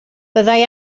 byddai